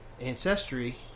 ancestry